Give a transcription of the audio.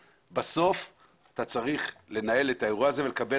אבל בסוף אתה צריך לנהל את האירוע הזה ולקבל